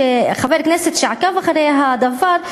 חבר כנסת שעקב אחרי הדבר,